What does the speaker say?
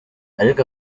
aliko